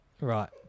Right